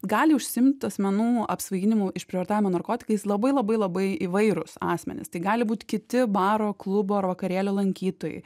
gali užsiimt asmenų apsvaiginimu išprievartavimo narkotikais labai labai labai įvairūs asmenys tai gali būt kiti baro klubo ar vakarėlio lankytojai